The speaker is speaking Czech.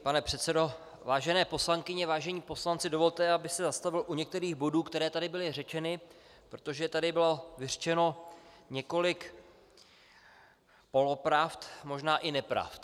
Pane předsedo, vážené poslankyně, vážení poslanci, dovolte, abych se zastavil u některých bodů, které tady byly řečeny, protože tady bylo vyřčeno několik polopravd, možná i nepravd.